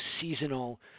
seasonal